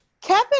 Kevin